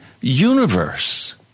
universe